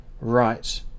Right